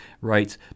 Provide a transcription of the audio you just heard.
writes